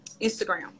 instagram